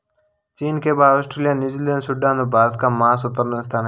चीन के बाद ऑस्ट्रेलिया, न्यूजीलैंड, सूडान और भारत का मांस उत्पादन स्थान है